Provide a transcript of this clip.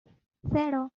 cero